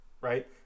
Right